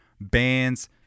bands